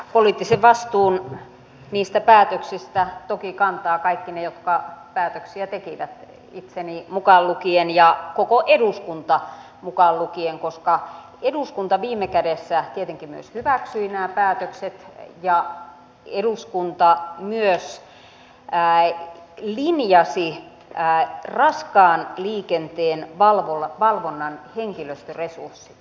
poliittisen vastuun niistä päätöksistä toki kantavat kaikki ne jotka päätöksiä tekivät itseni mukaan lukien ja koko eduskunta mukaan lukien koska eduskunta viime kädessä tietenkin myös hyväksyi nämä päätökset ja eduskunta myös linjasi raskaan liikenteen valvonnan henkilöstöresurssit